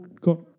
got